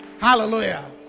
Hallelujah